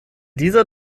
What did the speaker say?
dieser